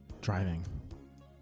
Driving